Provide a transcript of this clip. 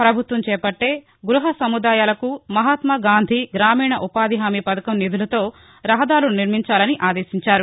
పభుత్వం చేపట్లే గృహ సముదాయాలకు మహాత్మ గాంధీ గ్రామీణ ఉపాధి హామీ పథకం నిధులతో రహదారులను నిర్మించాలని ఆదేశించారు